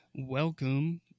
Welcome